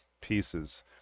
pieces